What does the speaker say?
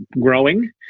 growing